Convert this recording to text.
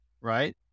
Right